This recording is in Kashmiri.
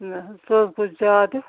نہَ حظ سُہ حظ گوٚو زیادٕ